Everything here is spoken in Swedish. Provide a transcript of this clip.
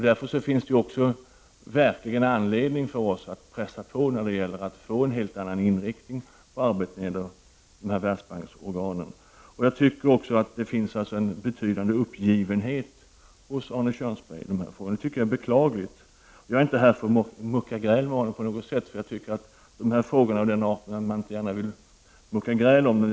Därför finns det verkligen anledning för oss i Sverige att pressa på när det gäller att få en helt annan inriktning på arbetet i världsbanksorganen. Jag anser också att Arne Kjörnsberg visar en betydande uppgivenhet i dessa frågor, vilket jag tycker är beklagligt. Jag är inte här för att mucka gräl med honom, eftersom dessa frågor är av den arten att man inte gärna vill mucka gräl om dem.